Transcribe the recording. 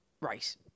right